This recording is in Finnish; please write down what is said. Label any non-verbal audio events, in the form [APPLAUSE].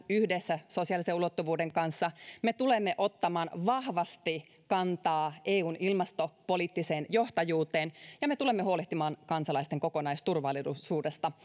yhdessä sosiaalisen ulottuvuuden kanssa me tulemme ottamaan vahvasti kantaa eun ilmastopoliittiseen johtajuuteen ja me tulemme huolehtimaan kansalaisten kokonaisturvallisuudesta [UNINTELLIGIBLE]